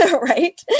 right